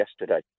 yesterday